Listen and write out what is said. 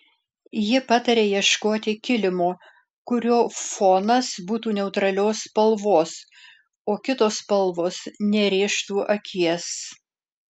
ji pataria ieškoti kilimo kurio fonas būtų neutralios spalvos o kitos spalvos nerėžtų akies